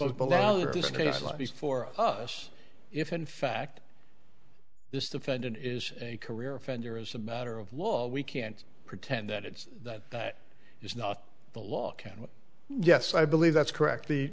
slightly for us if in fact this defendant is a career offender as a matter of law we can't pretend that it's that he's not the law can't yes i believe that's correct the